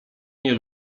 nie